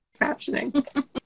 captioning